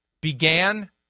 began